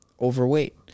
overweight